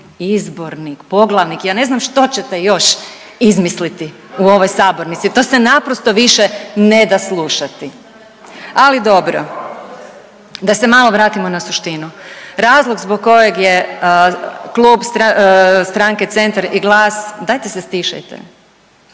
izbornik, poglavnik, ja ne znam što ćete još izmisliti u ovoj sabornici, to se naprosto više ne da slušati, ali dobro, da se malo vratimo na suštinu. Razlog zbog koje je Klub stranke Centar i GLAS, dajte se stišajte,